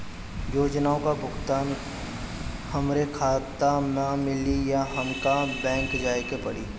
योजनाओ का भुगतान हमरे खाता में मिली या हमके बैंक जाये के पड़ी?